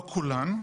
לא כולן,